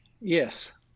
yes